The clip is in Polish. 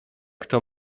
kto